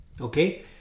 okay